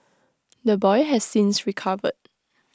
the boy has since recovered